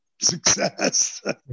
success